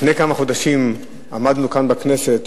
לפני כמה חודשים עמדנו כאן בכנסת